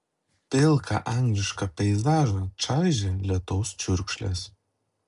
pilką anglišką peizažą čaižė lietaus čiurkšlės